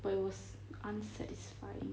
but it was unsatisfying